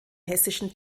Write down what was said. hessischen